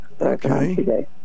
Okay